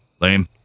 Lame